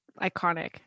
Iconic